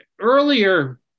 earlier